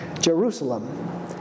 Jerusalem